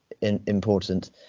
important